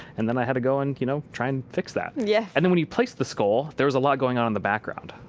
and then i had to go and you know try and fix that. yeah. and the when you place the skull, there was a lot going on in the background.